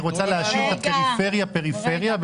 היא רוצה להשאיר את הפריפריה פריפריה,